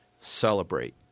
celebrate